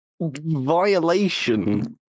violation